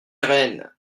rehn